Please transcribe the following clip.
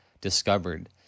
discovered